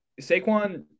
Saquon